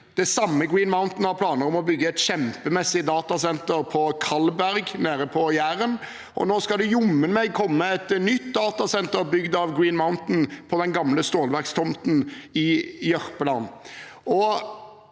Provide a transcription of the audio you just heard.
Det samme Green Mountain har planer om å bygge et kjempemessig datasenter på Kalberg nede på Jæren, og nå skal det jammen meg komme et nytt datasenter bygd av Green Mountain på den gamle stålverkstomten i Jørpeland.